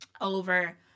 over